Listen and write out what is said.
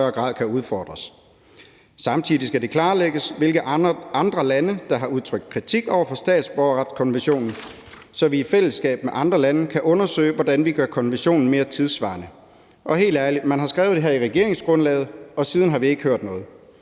højere grad kan udfordres. Samtidig skal det klarlægges, hvilke andre lande der har udtrykt kritik over for statsborgerretskonventionen, så vi i fællesskab med andre lande kan undersøge, hvordan vi gør konventionen mere tidssvarende. Helt ærligt: Man har skrevet det her i regeringsgrundlaget, og siden har vi ikke hørt noget.